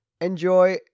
Enjoy